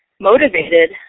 motivated